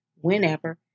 whenever